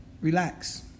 Relax